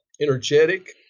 energetic